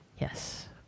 Yes